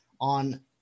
on